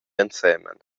ensemen